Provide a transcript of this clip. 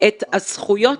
את הזכויות